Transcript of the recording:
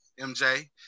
MJ